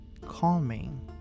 calming